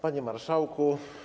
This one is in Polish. Panie Marszałku!